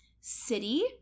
City